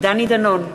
דני דנון,